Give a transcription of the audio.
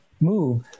move